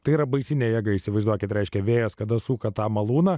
tai yra baisi ne jėga įsivaizduokit reiškia vėjas kada suka tą malūną